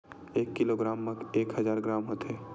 एक किलोग्राम मा एक हजार ग्राम होथे